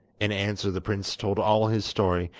in answer the prince told all his story,